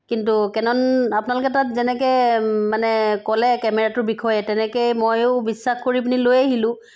কিন্তু কেনন আপোনালোকে তাত যেনেকৈ মানে ক'লে কেমেৰাটোৰ বিষয়ে তেনেকৈ মইয়ো বিশ্বাস কৰি পিনি লৈ আহিলোঁ